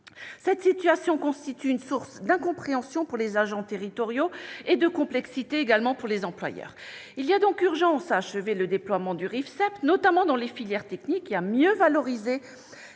Cette situation constitue une source d'incompréhension pour les agents territoriaux et de complexité pour les employeurs. Il y a donc urgence à achever le déploiement du RIFSEEP, notamment dans les filières techniques, et à mieux valoriser